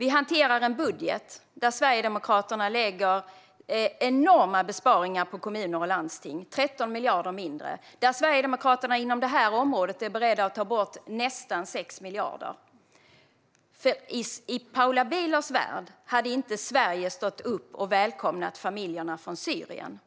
Vi hanterar en budget där Sverigedemokraterna gör enorma besparingar på kommuner och landsting, 13 miljarder, och inom det här området är beredda att ta bort nästan 6 miljarder. I Paula Bielers värld hade inte Sverige stått upp och välkomnat familjerna från Syrien.